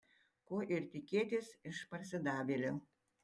ko ir tikėtis iš parsidavėlio